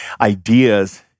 ideas